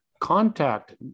contact